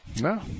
No